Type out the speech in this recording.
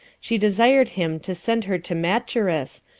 she desired him to send her to macherus,